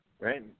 right